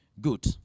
Good